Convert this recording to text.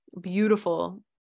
beautiful